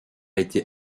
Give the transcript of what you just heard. été